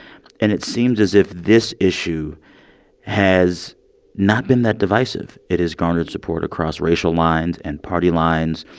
and it seems as if this issue has not been that divisive. it has garnered support across racial lines and party lines,